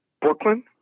Brooklyn